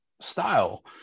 style